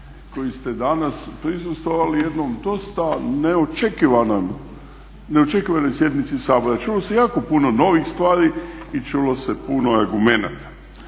koji ste danas prisustvovali jednoj dosta neočekivanoj sjednici Sabora. Čuli smo jako puno novih stvari i čulo se puno argumenata.